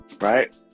Right